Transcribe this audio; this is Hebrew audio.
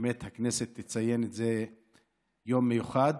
שבאמת הכנסת תציין את זה כיום מיוחד.